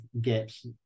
gaps